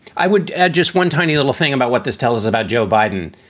i would just one tiny little thing about what this tell us about joe biden.